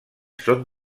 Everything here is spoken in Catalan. són